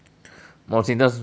mild symptoms